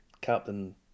Captain